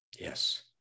Yes